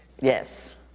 Yes